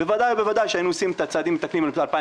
בוודאי ובוודאי שהיינו עושים צעדים ב-2019,